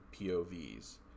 POVs